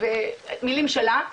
במילים שלה,